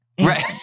Right